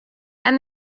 and